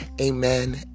Amen